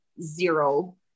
zero